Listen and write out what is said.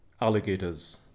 alligators